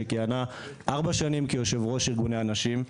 שכיהנה ארבע שנים כיושב ראש ארגוני הנשים.